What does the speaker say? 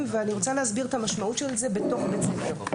ואני רוצה להסביר את המשמעות של זה בתוך בית ספר.